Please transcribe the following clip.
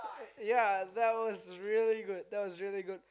yea that was really good that was really good